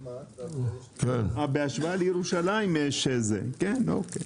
בהשוואה לירושלים יש, אוקיי.